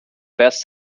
best